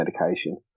medication